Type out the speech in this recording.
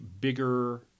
bigger